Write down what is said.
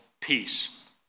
peace